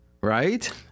Right